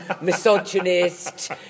misogynist